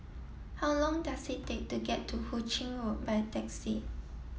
how long does it take to get to Hu Ching Road by taxi